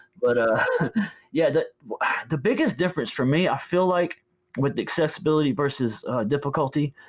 but ah yeah, the the biggest difference for me i feel like with accessibility versus difficulty,